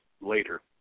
later